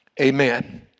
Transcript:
Amen